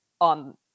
on